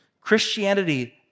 Christianity